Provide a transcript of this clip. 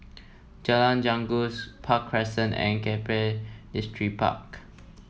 Jalan Janggus Park Crescent and Keppel Distripark